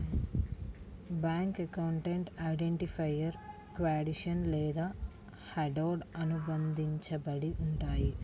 bank అకౌంట్లు identifier caption లేదా హెడర్తో అనుబంధించబడి ఉంటయ్యి